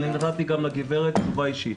ואני נתתי גם לגברת תשובה אישית.